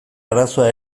arazoa